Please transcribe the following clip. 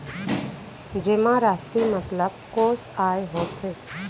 जेमा राशि मतलब कोस आय होथे?